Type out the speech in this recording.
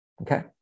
okay